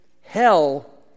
hell